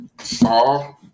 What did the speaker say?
saw